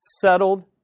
Settled